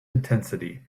intensity